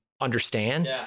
understand